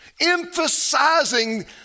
emphasizing